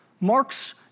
Marx